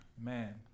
Man